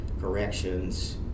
corrections